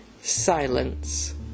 silence